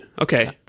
Okay